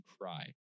cry